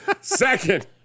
Second